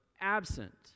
absent